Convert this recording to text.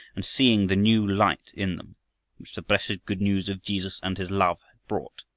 and seeing the new light in them which the blessed good news of jesus and his love had brought,